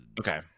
okay